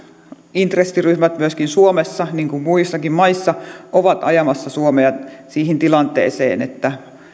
intressiryhmät myöskin suomessa niin kuin muissakin maissa ovat ajamassa suomea siihen tilanteeseen että